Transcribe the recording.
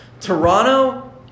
Toronto